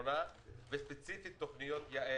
ספציפית תוכניות יע"ל.